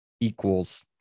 equals